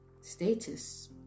status